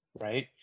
Right